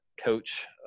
coach